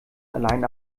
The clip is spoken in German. allein